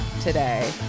today